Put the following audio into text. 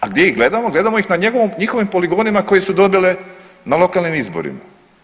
A gdje ih gledamo, gledamo ih na njihovim poligonima koje su dobile na lokalnim izborima.